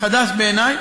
חדש בעיני.